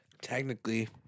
Technically